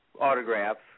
autographs